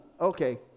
okay